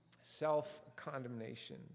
Self-condemnation